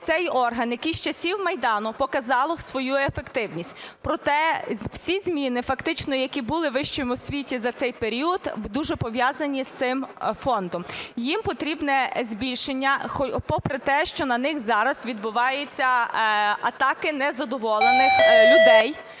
Цей орган, який з часів Майдану показав свою ефективність. Проте, всі зміни фактично, які були у вищій освіті за цей період, дуже пов'язані з цим фондом. Їм потрібне збільшення попри те, що на них зараз відбуваються атаки незадоволених людей.